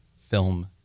film